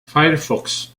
firefox